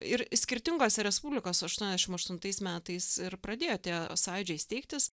ir skirtingose respublikos aštuoniasdešim aštuntais metais ir pradėjo tie sąjūdžiai steigtis